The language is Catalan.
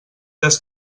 des